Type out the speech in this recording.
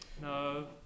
no